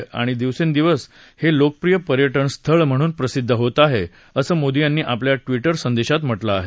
हे स्थळ दिवसेंदिवस लोकप्रिय पर्यटन म्हणून प्रसिद्ध होत आहे असं मोदी यांनी आपला ट्विटर संदेशात म्हटलं आहे